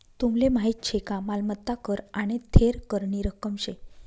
तुमले माहीत शे का मालमत्ता कर आने थेर करनी रक्कम शे